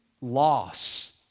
loss